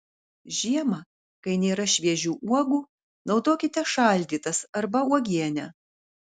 žiemą kai nėra šviežių uogų naudokite šaldytas arba uogienę